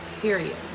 period